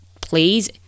please